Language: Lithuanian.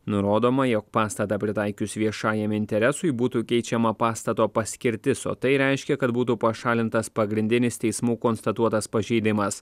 nurodoma jog pastatą pritaikius viešajam interesui būtų keičiama pastato paskirtis o tai reiškia kad būtų pašalintas pagrindinis teismų konstatuotas pažeidimas